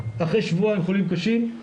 אחרי שבועיים חולים קשים,